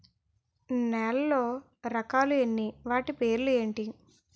నేలలో రకాలు ఎన్ని వాటి పేర్లు ఏంటి?